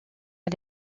est